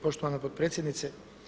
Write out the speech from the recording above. Poštovana potpredsjednice.